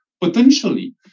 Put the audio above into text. potentially